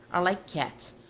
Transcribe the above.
are like cats,